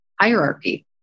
hierarchy